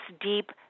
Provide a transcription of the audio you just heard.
deep